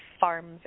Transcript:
farms